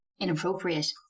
inappropriate